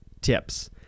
tips